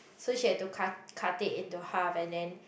so she had to cut cut it into half and then